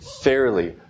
fairly